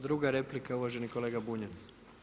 Druga replika uvaženi kolega Bunjac.